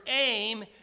aim